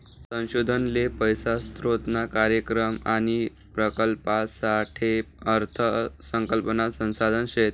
संशोधन ले पैसा स्रोतना कार्यक्रम आणि प्रकल्पसाठे अर्थ संकल्पना संसाधन शेत